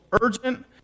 urgent